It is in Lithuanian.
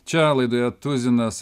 čia laidoje tuzinas